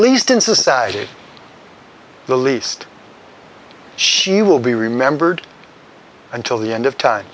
least in society the least she will be remembered until the end of time